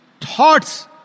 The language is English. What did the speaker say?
Thoughts